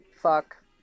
fuck